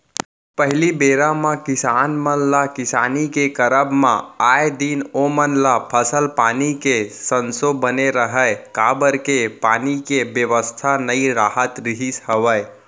पहिली बेरा म किसान मन ल किसानी के करब म आए दिन ओमन ल फसल पानी के संसो बने रहय काबर के पानी के बेवस्था नइ राहत रिहिस हवय